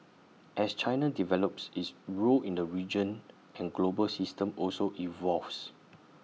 as China develops its role in the regional and global system also evolves